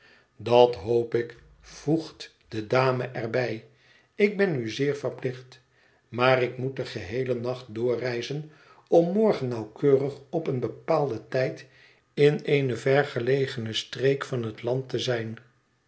dat hoop ik voegt de dame er bij ik ben u zeer verplicht maar ik moet den geheelen nacht doorreizen om morgen nauwkeurig op een bepaalden tijd in eene vergelegene streek van het land te zijn